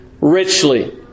richly